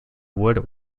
wood